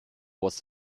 was